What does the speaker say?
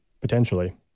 potentially